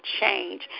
change